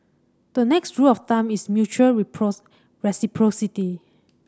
the next rule of thumb is mutual reciprocity